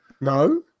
No